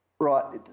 Right